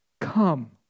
Come